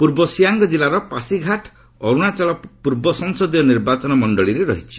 ପୂର୍ବ ସିଆଙ୍ଗ ଜିଲ୍ଲାର ପାସିଘାଟ ଅରୁଣାଚଳ ପୂର୍ବ ସଂସଦୀୟ ନିର୍ବାଚନ ମଣ୍ଡଳୀରେ ରହିଛି